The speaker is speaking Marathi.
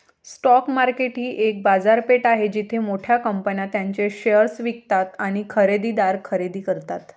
स्टॉक मार्केट ही एक बाजारपेठ आहे जिथे मोठ्या कंपन्या त्यांचे शेअर्स विकतात आणि खरेदीदार खरेदी करतात